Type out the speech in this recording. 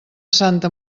santa